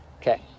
Okay